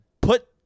put